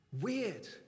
Weird